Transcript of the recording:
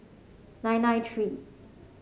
nine nine three